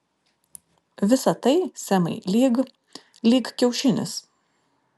visa tai semai lyg lyg kiaušinis